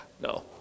No